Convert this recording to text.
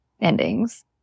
Endings